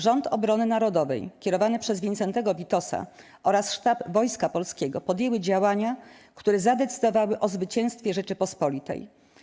Rząd Obrony Narodowej, kierowany przez Wincentego Witosa oraz sztab Wojska Polskiego podjęły działania, które zadecydowały o zwycięstwie Rzeczypospolitej.